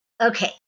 Okay